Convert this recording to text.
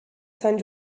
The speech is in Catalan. sant